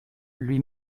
lui